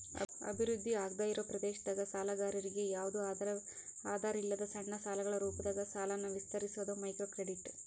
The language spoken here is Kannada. ಅಭಿವೃದ್ಧಿ ಆಗ್ದಾಇರೋ ಪ್ರದೇಶದಾಗ ಸಾಲಗಾರರಿಗಿ ಯಾವ್ದು ಆಧಾರಿಲ್ಲದ ಸಣ್ಣ ಸಾಲಗಳ ರೂಪದಾಗ ಸಾಲನ ವಿಸ್ತರಿಸೋದ ಮೈಕ್ರೋಕ್ರೆಡಿಟ್